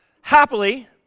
happily